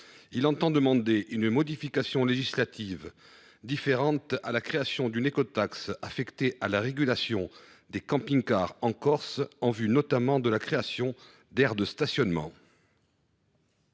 Il s’agit de demander une modification législative afférente à la création d’une écotaxe affectée à la régulation des camping cars en Corse, en vue notamment de la création d’aires de stationnement.